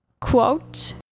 Quote